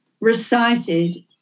recited